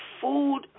food